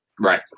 Right